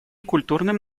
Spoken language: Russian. культурным